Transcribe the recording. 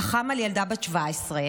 חכם על ילדה בת 17,